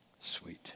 Sweet